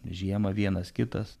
žiemą vienas kitas